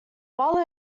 while